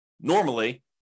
normally